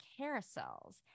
carousels